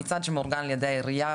זה מצעד שמאורגן על ידי העירייה,